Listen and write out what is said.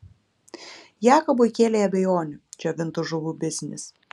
jakobui kėlė abejonių džiovintų žuvų biznis